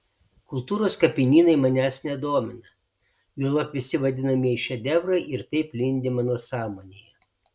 kultūros kapinynai manęs nedomina juolab visi vadinamieji šedevrai ir taip lindi mano sąmonėje